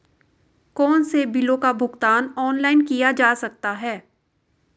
कौनसे बिलों का भुगतान ऑनलाइन किया जा सकता है?